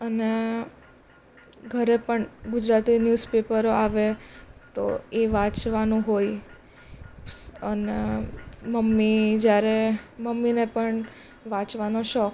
અને ઘરે પણ ગુજરાતી ન્યૂઝપેપરો આવે તો એ વાંચવાનું હોય અને મમ્મી જયારે મમ્મીને પણ વાંચવાનો શોખ